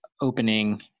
opening